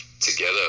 together